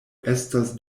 estas